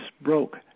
broke